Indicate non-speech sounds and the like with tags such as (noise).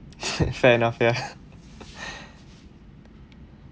(breath) fair enough ya